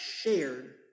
shared